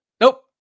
Nope